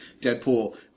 Deadpool